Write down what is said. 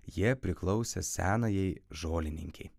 jie priklausė senajai žolininkei